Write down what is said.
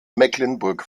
mecklenburg